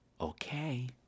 Okay